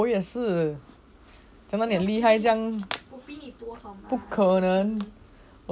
我也是讲到你很厉害这样不可能